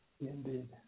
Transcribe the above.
indeed